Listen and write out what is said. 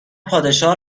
پادشاه